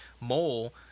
mole